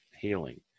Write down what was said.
healing